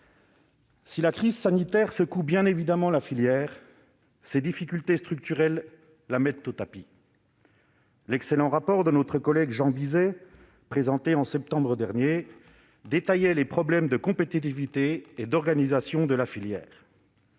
Si la crise sanitaire secoue bien évidemment la filière, ses difficultés structurelles la mettent au tapis. L'excellent rapport d'information de notre collègue Jean Bizet présenté au mois de juillet dernier détaillait ses problèmes de compétitivité et d'organisation.